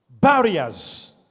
barriers